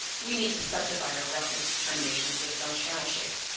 we need to subdivide our roughness determinations based on channel shape.